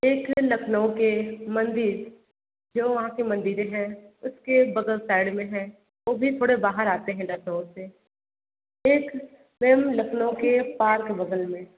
एक लखनऊ के मंदिर जो वहाँ के मंदिरे हैं उसके बगल साइड में हैं वो भी थोड़े बाहर आते हैं लखनऊ से एक मेम लखनऊ के पार्क बगल में